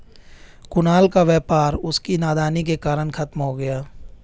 कुणाल का व्यापार उसकी नादानी के कारण खत्म हो गया